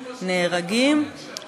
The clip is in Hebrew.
נהרגים,